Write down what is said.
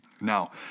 Now